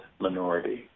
minority